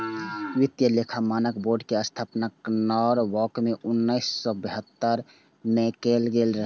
वित्तीय लेखा मानक बोर्ड के स्थापना नॉरवॉक मे उन्नैस सय तिहत्तर मे कैल गेल रहै